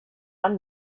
man